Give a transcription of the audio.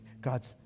God's